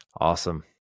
Awesome